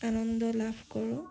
আনন্দ লাভ কৰোঁ